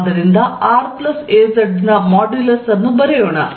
ಆದ್ದರಿಂದ r az ನ modulus ಅನ್ನು ಬರೆಯೋಣ